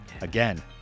again